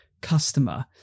customer